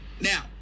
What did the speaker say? Now